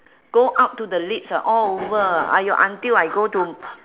go out to the lips ah all over ah !aiyo! until I go to